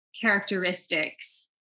characteristics-